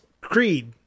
creed